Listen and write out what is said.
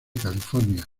california